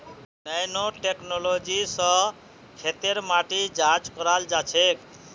nano technology स खेतेर माटी जांच कराल जाछेक